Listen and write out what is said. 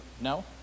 no